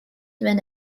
wenn